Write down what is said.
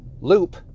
loop